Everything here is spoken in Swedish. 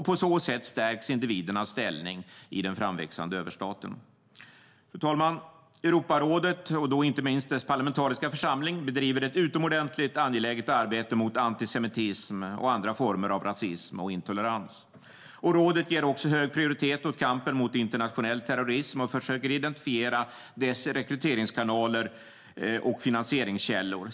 På så sätt stärks individernas ställning i den framväxande överstaten. Fru talman! Europarådet, och då inte minst dess parlamentariska församling, bedriver ett utomordentligt angeläget arbete mot antisemitism och andra former av rasism och intolerans. Rådet ger också hög prioritet åt kampen mot internationell terrorism och försöker identifiera dess rekryteringskanaler och finansieringskällor.